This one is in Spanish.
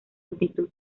multitud